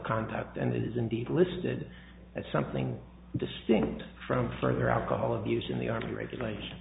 conduct and it is indeed listed as something distinct from further alcohol abuse in the army regulation